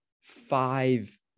five